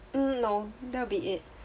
hmm no that'll be it